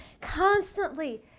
Constantly